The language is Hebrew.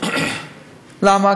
למה?